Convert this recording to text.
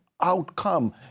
outcome